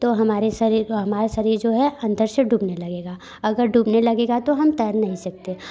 तो हमारे शरीर को हमारे शरीर जो है अंदर से डूबने लगेगा अगर डूबने लगेगा तो हम तैर नहीं सकते